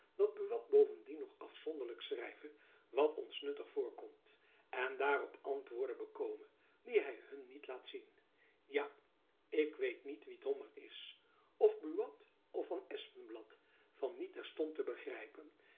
dat buat bovendien nog afzonderlijk schrijve wat ons nuttig voorkomt en daarop antwoorden bekome die hy hun niet laat zien ja ik weet niet wie dommer is of buat of van espenblad van niet terstond te begrijpen